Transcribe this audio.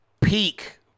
peak